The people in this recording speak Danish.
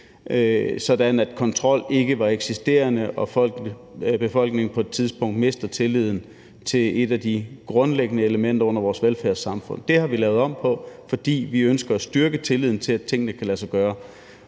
sådan at kontrol var ikkeeksisterende, og at befolkningen på et tidspunkt vil miste tilliden til et af de grundlæggende elementer under vores velfærdssamfund. Det har vi lavet om på, fordi vi ønsker at styrke tilliden til, at tingene kan lade sig gøre.